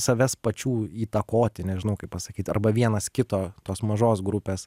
savęs pačių įtakoti nežinau kaip pasakyt arba vienas kito tos mažos grupės